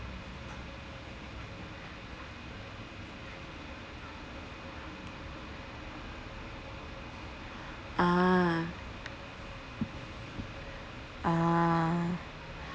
ah ah